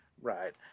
Right